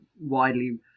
widely